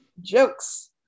jokes